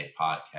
podcast